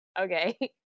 okay